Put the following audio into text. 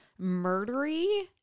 murdery